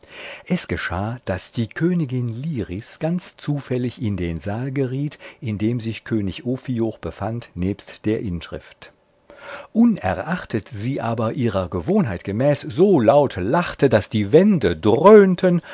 es geschah daß die königin liris ganz zufällig in den saal geriet in dem sich könig ophioch befand nebst der inschrift unerachtet sie aber ihrer gewohnheit gemäß so laut lachte daß die wände dröhnten